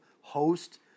host